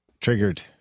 Triggered